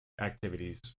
activities